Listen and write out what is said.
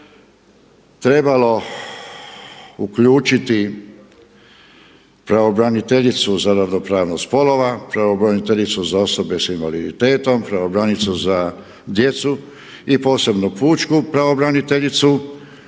trebalo uključiti pravobraniteljicu za ravnopravnost spolova, pravobraniteljicu za osobe sa invaliditetom, pravobraniteljicu za djecu i posebno pučku pravobraniteljicu